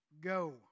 go